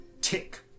Tick